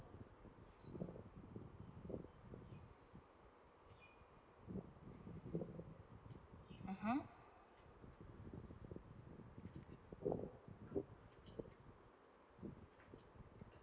(uh huh)